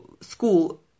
School